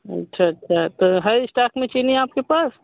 अच्छा अच्छा तो है स्टॉक मे चीनी आपके पास